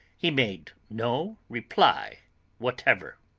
he made no reply whatever.